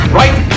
right